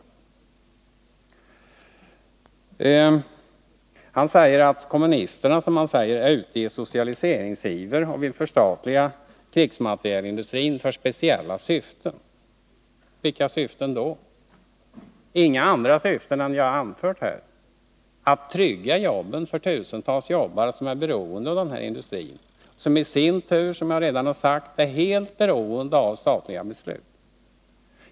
Sven Andersson säger att kommunisterna är ute i socialiseringsiver och vill förstatliga krigsmaterielindustrin för speciella syften. Vilka syften skulle det vara? Vi har inget annat syfte än det som vi har anfört här, att trygga jobben för tusentals arbetare som är beroende av denna industri och som i sin tur är helt beroende av statliga beslut.